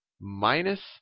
minus